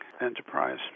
enterprise